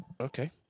Okay